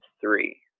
three